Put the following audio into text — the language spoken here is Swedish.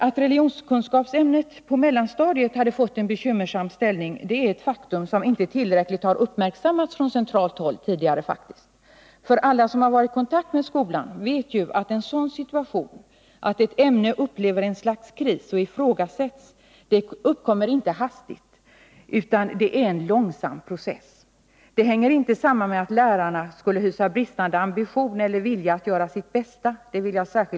Att religionskunskapsämnet på mellanstadiet hade fått en bekymmersam ställning är ett faktum som tidigare inte tillräckligt har uppmärksammats på centralt håll. Alla som har varit i kontakt med skolan vet ju att en situation där ett ämne upplever ett slags kris och ifrågasätts inte uppkommer hastigt, att stärka religionsundervisningen i skolan utan att det är fråga om en långsam process. Jag vill understryka att det inte hänger samman med att lärarna skulle hysa bristande ambition eller vilja att göra sitt bästa.